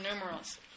numerals